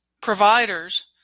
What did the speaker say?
providers